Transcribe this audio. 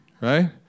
right